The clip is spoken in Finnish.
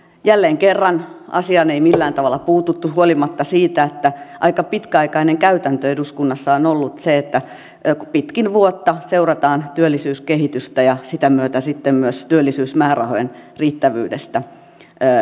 jälleen kerran asiaan ei millään tavalla puututtu huolimatta siitä että aika pitkäaikainen käytäntö eduskunnassa on ollut se että pitkin vuotta seurataan työllisyyskehitystä ja sitä myötä sitten myös työllisyysmäärärahojen riittävyydestä huolehditaan